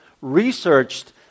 researched